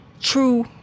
true